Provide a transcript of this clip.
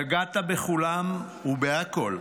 נגעת בכולם ובהכול,